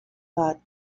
got